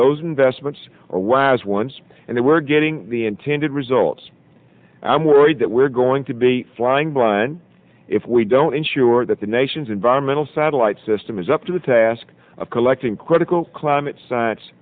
those investments are wise ones and they were getting the intended results i'm worried that we're going to be flying blind if we don't ensure that the nation's environmental satellite system is up to the task of collecting critical climate science